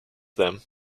them